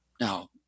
Now